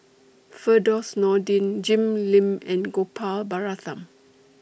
Firdaus Nordin Jim Lim and Gopal Baratham